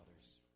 others